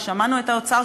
ושמענו את האוצר,